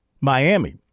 Miami